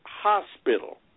Hospital